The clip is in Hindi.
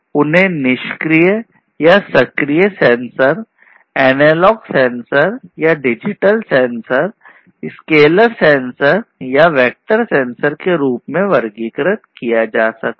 उन्हें निष्क्रिय सेंसर के रूप में वर्गीकृत किया जा सकता है